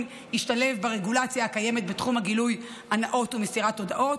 ישתלב ברגולציה הקיימת בתחום הגילוי הנאות ומסירת הודעות.